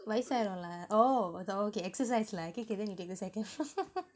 வயிசாயிருல:vayisaayirula lah oh oh okay exercise lah K K then you take the second floor